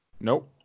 Nope